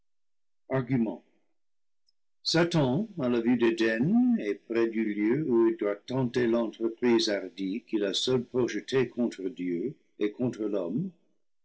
argument satan à la vue d'eden et près du lieu où il doit tenter l'entreprise hardie qu'il a seul projetée contre dieu et contre l'homme